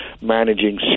managing